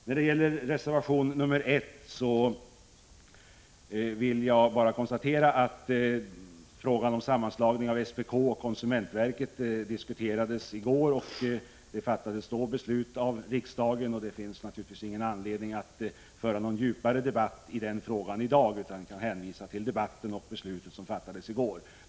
När det gäller reservation 1 vill jag bara konstatera att frågan om sammanslagning av SPK och konsumentverket diskuterades i går. Det fattades då beslut av riksdagen. Det finns naturligtvis ingen anledning att i dag föra någon djupare debatt i denna fråga. Jag vill i stället hänvisa till gårdagens debatt och det beslut som då fattades.